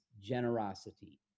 generosity